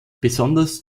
besonders